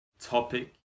topic